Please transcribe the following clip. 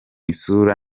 isura